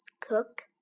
Cook